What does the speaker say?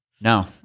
No